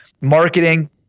Marketing